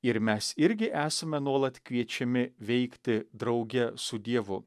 ir mes irgi esame nuolat kviečiami veikti drauge su dievu